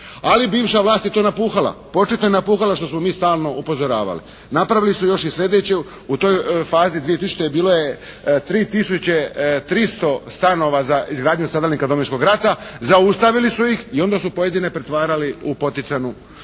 Ali bivša vlast je to napuhala, početno je napuhala što smo mi stalno upozoravali. Napravili su još i slijedeće. U toj fazi 2000. bilo je 3 tisuće 300 stanova za izgradnju stanova stradalnika Domovinskog rata, zaustavili su ih i onda su pojedine pretvarali u poticajnu